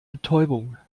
betäubung